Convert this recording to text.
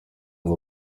ngo